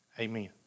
amen